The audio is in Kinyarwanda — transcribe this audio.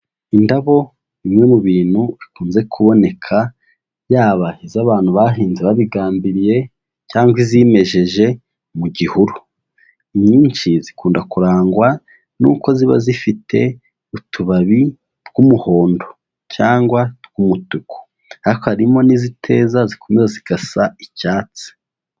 Indabo bimwe mu bintu bikunze kuboneka yaba iz'abantu bahinze babigambiriye cyangwa izimejeje mu gihuru, nyinshi zikunda kurangwa n'uko ziba zifite utubabi tw'umuhondo cyangwa utw'umutuku, ariko harimo n'iziteza zikomeye zigasa icyatsi.